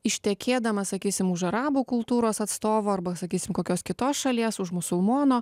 ištekėdama sakysim už arabų kultūros atstovo arba sakysime kokios kitos šalies už musulmono